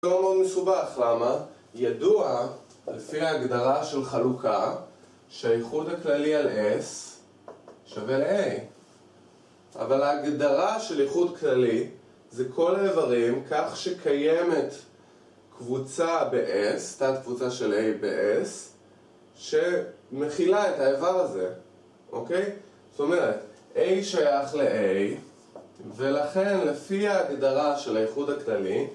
לא מאוד מסובך, למה? ידוע לפי הגדרה של חלוקה שהאיחוד הכללי על s שווה ל- a אבל ההגדרה של איחוד כללי זה כל האיברים, כך שקיימת קבוצה ב-s תת קבוצה של a ב-s שמכילה את האיבר הזה אוקיי? זאת אומרת a שייך ל-a ולכן לפי ההגדרה של האיחוד הכללי